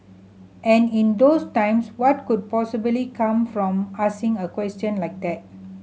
and in those times what could possibly come from asking a question like that